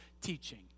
teaching